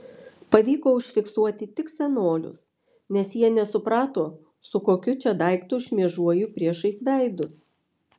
pavyko užfiksuoti tik senolius nes jie nesuprato su kokiu čia daiktu šmėžuoju priešais veidus